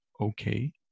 okay